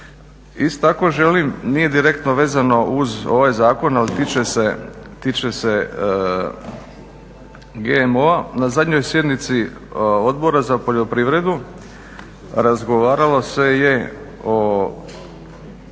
Isto tako želim, nije direktno vezano uz ovaj zakon ali tiče se GMO-a, na zadnjoj sjednici Odbora za poljoprivredu razgovaralo se je o